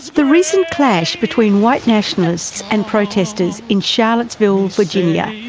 the recent clash between white nationalists and protesters in charlottesville, virginia,